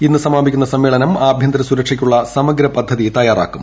ഇന്ന് സമാപിക്കുന്ന സമ്മേളനം ആഭ്യന്തര സുരക്ഷയ്ക്കുള്ള സമഗ്ര പദ്ധതി തയ്യാറാക്കും